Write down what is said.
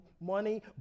money